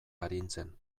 arintzen